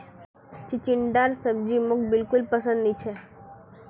चिचिण्डार सब्जी मोक बिल्कुल पसंद नी छ